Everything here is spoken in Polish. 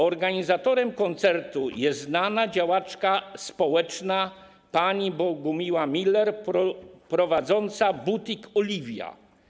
Organizatorem koncertu jest znana działaczka społeczna pani Bogumiła Miler, prowadząca butik Oliwia.